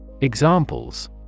Examples